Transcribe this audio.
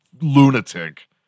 lunatic